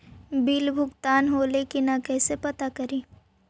Bill भुगतान होले की न कैसे पता करी?